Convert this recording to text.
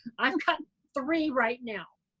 i've got three right now.